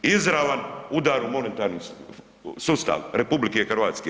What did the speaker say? Izravan udar u monetarni sustav RH.